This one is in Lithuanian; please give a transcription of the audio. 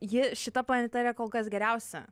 ji šita planeta yra kol kas geriausia